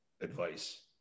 advice